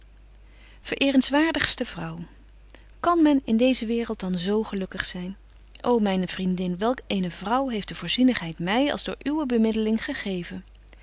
ver eerenswaardigste vrouw kan men in deeze waereld dan zo gelukkig zyn ô myne vriendin welk eene vrouw heeft de voorzienigheid my als door uwe bemiddeling gegeven